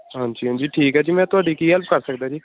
ਹਾਂਜੀ ਹਾਂਜੀ ਠੀਕ ਹੈ ਜੀ ਮੈਂ ਤੁਹਾਡੀ ਕੀ ਹੈਲਪ ਕਰ ਸਕਦਾ ਜੀ